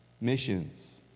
missions